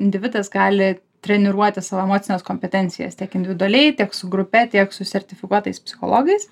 individas gali treniruoti savo emocines kompetencijas tiek individualiai tiek su grupe tiek su sertifikuotais psichologais